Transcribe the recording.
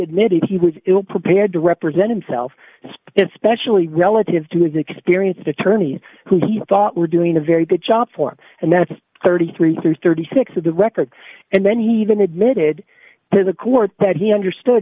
admitted he was ill prepared to represent himself and it specially relative to his experience of attorneys who he thought were doing a very good job for and that's thirty three through thirty six of the records and then he even admitted to the court that he understood